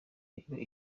rero